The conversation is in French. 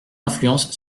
influence